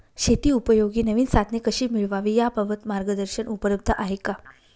शेतीउपयोगी नवीन साधने कशी मिळवावी याबाबत मार्गदर्शन उपलब्ध आहे का?